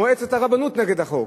מועצת הרבנות נגד החוק,